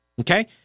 Okay